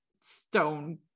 stone